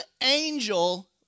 angel